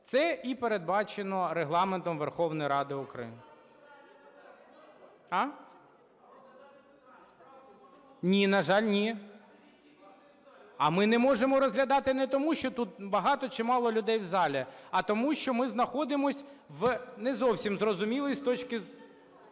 це і передбачено Регламентом Верховної Ради України. (Шум у залі) А ми не можемо розглядати не тому, що тут багато чи мало людей в залі, а тому що ми знаходимося в не зовсім зрозумілій… (Шум у залі)